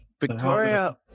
Victoria